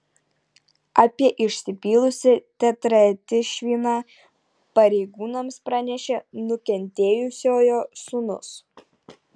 apie išsipylusį tetraetilšviną pareigūnams pranešė nukentėjusiojo sūnus